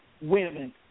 women